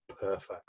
perfect